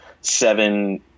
seven